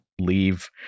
leave